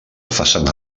façana